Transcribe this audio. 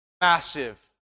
Massive